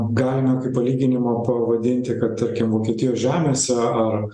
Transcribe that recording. galime kaip palyginimą pavadinti kad tarkim vokietijos žemėse ar